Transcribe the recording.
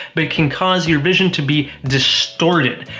but can cause your vision to be distorted.